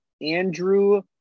Andrew